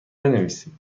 بنویسید